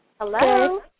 Hello